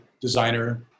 designer